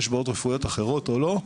יש בעיות רפואיות אחרות או לא,